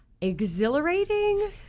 exhilarating